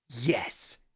Yes